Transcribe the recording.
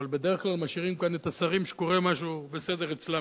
אבל בדרך כלל משאירים כאן את השרים שקורה משהו בסדר אצלם,